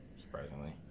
surprisingly